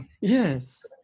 yes